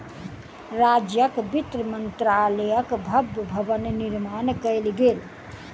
राज्यक वित्त मंत्रालयक भव्य भवन निर्माण कयल गेल